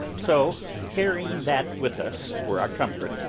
so, carrying that with us for our comfort,